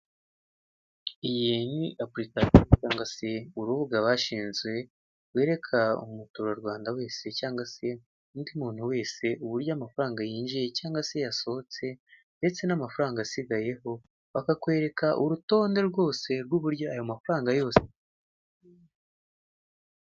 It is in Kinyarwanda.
iyi ni application cyangwa se urubuga bashinze rwereka umuturarwanda wese cyangwa se undi muntu wese, uburyo amafaranga yinjiye cyangwa se yasohotse. Ndetse n'amafaranga asigayeho, bakakwereka urutonde rwose rw'uburyo ayo mafaranga yose.